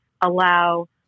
allow